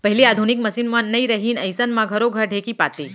पहिली आधुनिक मसीन मन नइ रहिन अइसन म घरो घर ढेंकी पातें